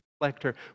collector